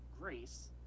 Grace